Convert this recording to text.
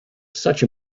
such